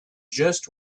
just